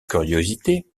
curiosités